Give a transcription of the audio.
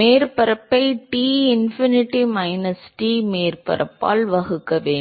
மேற்பரப்பை T infinity minus T மேற்பரப்பால் வகுக்க வேண்டும்